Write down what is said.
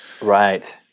Right